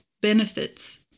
benefits